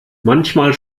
manchmal